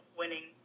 winning